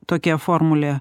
tokia formulė